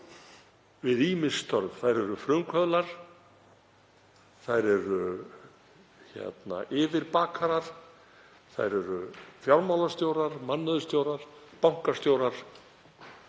við ýmis störf. Þær eru frumkvöðlar, þær eru yfirbakarar, fjármálastjórar, mannauðsstjórar, bankastjórar.